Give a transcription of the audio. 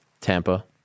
Tampa